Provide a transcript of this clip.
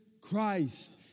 Christ